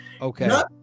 Okay